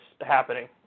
happening